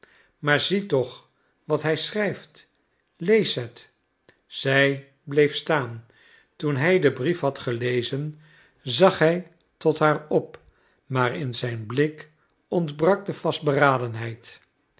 maar zie toch wat hij schrijft lees het zij bleef staan toen hij den brief had gelezen zag hij tot haar op maar in zijn blik ontbrak de vastberadenheid